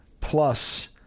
plus